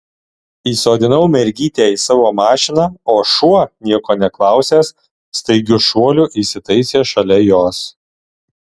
įsodinau mergytę į savo mašiną o šuo nieko neklausęs staigiu šuoliu įsitaisė šalia jos